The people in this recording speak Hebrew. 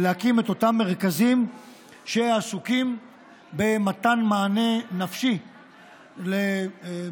להקים את אותם מרכזים שעסוקים במתן מענה נפשי לאזרחים